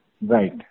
Right